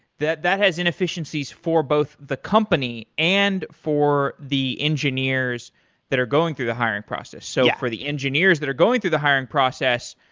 that that has inefficiencies for both the company and for the engineers that are going through the hiring process. so for the engineers that are going through the hiring process,